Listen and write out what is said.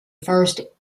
first